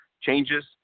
changes